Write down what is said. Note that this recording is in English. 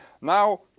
Now